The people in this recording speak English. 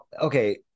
Okay